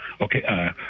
Okay